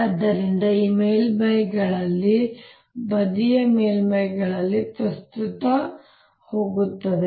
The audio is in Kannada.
ಆದ್ದರಿಂದ ಈ ಮೇಲ್ಮೈಗಳಲ್ಲಿ ಬದಿಯ ಮೇಲ್ಮೈಗಳಲ್ಲಿ ಪ್ರಸ್ತುತ ಹೋಗುತ್ತದೆ